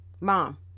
Mom